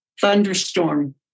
thunderstorm